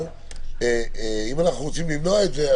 אבל אם אנחנו רוצים למנוע את זה,